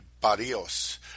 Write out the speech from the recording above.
Barrios